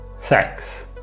sex